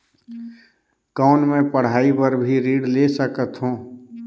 कौन मै पढ़ाई बर भी ऋण ले सकत हो?